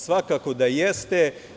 Svakako da jeste.